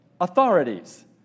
authorities